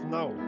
now